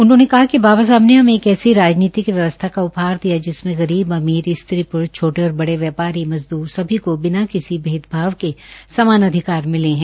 उन्होंने कहा कि बाबा साहेब ने हमें एक ऐसी राजनीतिक व्यवस्था का उपहार दिया जिसमें गरीब अमीर स्त्री प्रुष छोटे और बड़े व्यापारी मजद्रों सभी को बिना किसी भेदभाव के समान अधिकार मिले हैं